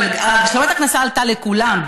אבל השלמת הכנסה עלתה לכולם,